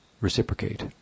reciprocate